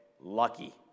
lucky